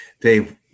Dave